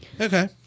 Okay